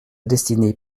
destinée